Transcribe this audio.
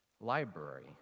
Library